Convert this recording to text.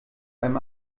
beim